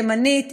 תימנית,